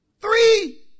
Three